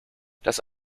das